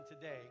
today